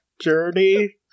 journey